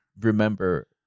remember